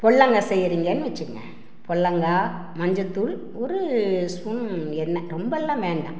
புடலங்க செய்கியிறீங்கன்னு வெச்சுக்கங்க புடலங்கா மஞ்சத்தூள் ஒரு ஸ்பூன் எண்ணெய் ரொம்பெல்லாம் வேண்டாம்